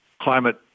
climate